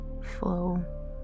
flow